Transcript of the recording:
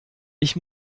ich